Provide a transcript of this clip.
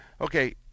Okay